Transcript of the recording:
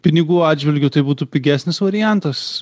pinigų atžvilgiu tai būtų pigesnis variantas